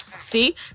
See